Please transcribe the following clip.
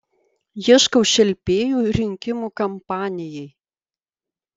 ieškau šelpėjų rinkimų kampanijai